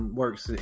works